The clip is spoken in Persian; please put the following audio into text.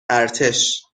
ارتش